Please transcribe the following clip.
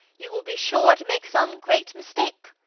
you will be sure to make some great mistake.